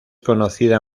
conocida